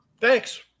Thanks